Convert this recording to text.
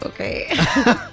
Okay